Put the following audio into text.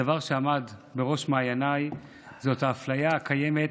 הדבר שעמד בראש מעייניי הוא האפליה הקיימת